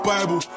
Bible